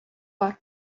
бар